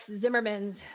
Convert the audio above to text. Zimmerman's